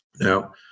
Now